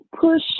push